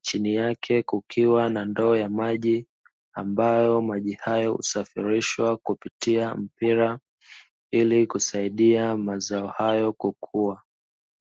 chini yake kukiwa na ndoo ya maji, ambayo maji hayo husafirishwa kupitia mpira ili kusaidia mazao hayo kukua.